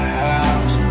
house